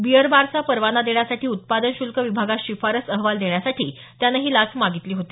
beer बारचा परवाना देण्यासाठी ऊत्पादन श्ल्क विभागास शिफारस अहवाल देण्यासाठी त्यानं ही लाच मागितली होती